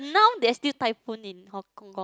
not there's still typhoon in Hong-Kong